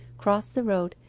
cross the road,